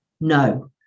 No